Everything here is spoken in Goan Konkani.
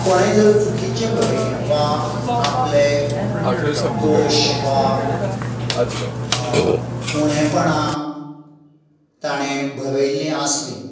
कोंणेंय जर चुकीचें बरयलें वा आपले दोश वा उणेपणां ताणें बरयल्लीं आसलीं